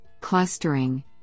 clustering